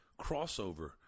crossover